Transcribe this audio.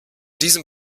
diesem